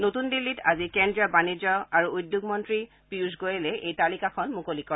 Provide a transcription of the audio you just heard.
নতুন দিল্লীত আজি কেন্দ্ৰীয় বাণিজ্য আৰু উদ্যোগ মন্ত্ৰী পীয়ুষ গোৱেলে এই তালিকাখন মুকলি কৰে